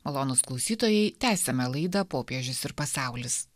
malonūs klausytojai tęsiame laidą popiežius ir pasaulis